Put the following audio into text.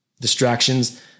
distractions